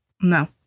No